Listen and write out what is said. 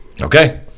Okay